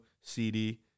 CD